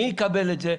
מי יקבל את זה?